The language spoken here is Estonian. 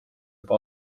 juba